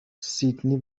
سیدنی